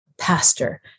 pastor